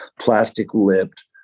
plastic-lipped